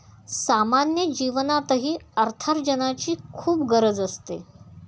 सामान्य जीवनातही अर्थार्जनाची खूप गरज असते